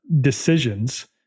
decisions